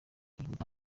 wihuta